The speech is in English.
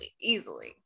Easily